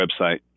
website